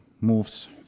moves